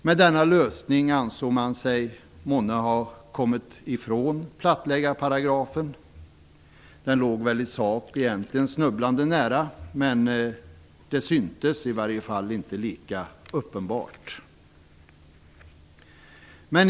Med denna lösning ansåg man sig månne ha kommit ifrån plattläggarparagrafen. Den låg i sak egentligen snubblande nära, men syntes i varje fall inte lika uppenbart.